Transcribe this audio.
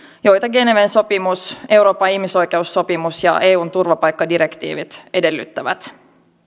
joita geneven sopimus euroopan ihmisoikeussopimus ja eun turvapaikkadirektiivit edellyttävät